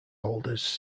holders